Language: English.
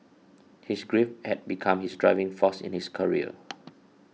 his grief had become his driving force in his career